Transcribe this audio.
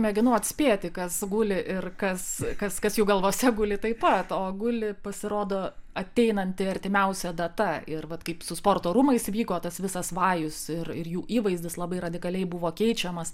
mėginu atspėti kas guli ir kas kas kas jų galvose guli taip pat o guli pasirodo ateinanti artimiausia data ir vat kaip su sporto rūmais vyko tas visas vajus ir ir jų įvaizdis labai radikaliai buvo keičiamas